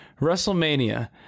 WrestleMania